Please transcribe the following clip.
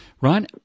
Ryan